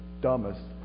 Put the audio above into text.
dumbest